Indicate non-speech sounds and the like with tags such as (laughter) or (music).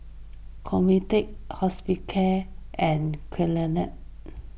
Convatec Hospicare and (unintelligible)